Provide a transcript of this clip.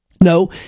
No